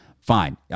fine